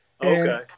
Okay